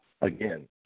Again